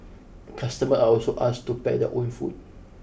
customers are also asked to pack their own food